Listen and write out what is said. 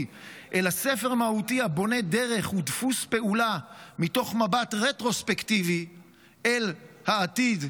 אלא ספר מהותי הבונה דרך ודפוס פעולה מתוך מבט רטרוספקטיבי אל העתיד,